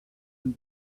and